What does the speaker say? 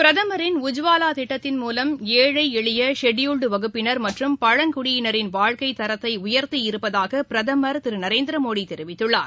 பிரதமின் உஜ்வாலாதிட்டத்தின் மூலம் ஏழைஎளியஷெட்யூல்டுவகுப்பினர் மற்றும் பழங்குடியினரின் வாழ்க்கைத் தரத்தைஉயர்த்தியிருப்பதாகபிரதமர் திருநரேந்திரமோடிதெரிவித்துள்ளார்